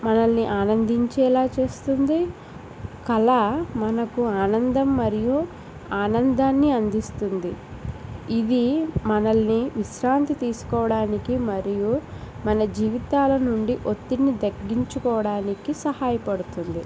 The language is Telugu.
మనల్ని ఆనందించేలా చేస్తుంది కళ మనకు ఆనందం మరియు ఆనందాన్ని అందిస్తుంది ఇది మనల్ని విశ్రాంతి తీసుకోవడానికి మరియు మన జీవితాల నుండి ఒత్తిడిని తగ్గించుకోవడానికి సహాయపడుతుంది